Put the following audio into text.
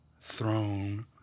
throne